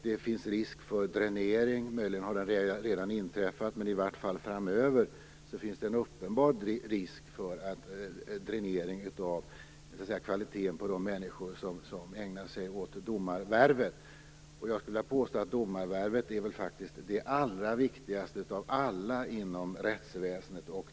Det finns risk för dränering, möjligen har den redan inträffat, men i vart fall finns det framöver en uppenbar risk för dränering av kvaliteten på de människor som ägnar sig åt domarvärvet. Jag skulle vilja påstå att domarvärvet faktiskt är det allra viktigaste av alla inom rättsväsendet.